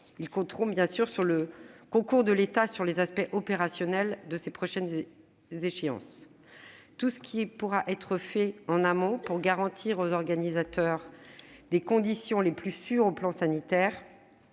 Ils compteront, bien sûr, sur le concours de l'État s'agissant des aspects opérationnels de ces prochaines échéances. Tout ce qui pourra être fait en amont pour garantir aux organisateurs les conditions les plus sûres au plan sanitaire